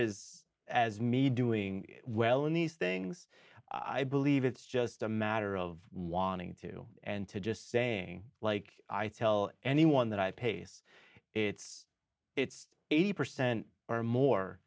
as as me doing well in these things i believe it's just a matter of wanting to and to just saying like i tell anyone that i pace it's it's eighty percent or more